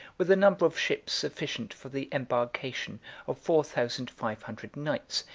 with a number of ships sufficient for the embarkation of four thousand five hundred knights,